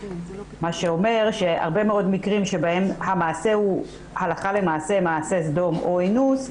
מה שאומר שהרבה מאוד מקרים שבהם להלכה המעשה הוא מעשה סדום או אינוס,